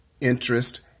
interest